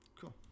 Cool